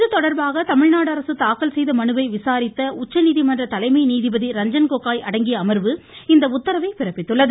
இதுதொடர்பாக தமிழ்நாடு அரசு தாக்கல் செய்த மனுவை விசாரித்த உச்சநீதிமன்ற தலைமை நீதிபதி ரஞ்சன் கோகோய் அடங்கிய அமர்வு இந்த உத்தரவை பிறப்பித்துள்ளது